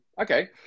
Okay